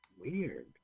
Weird